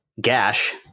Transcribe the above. gash